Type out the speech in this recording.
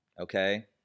okay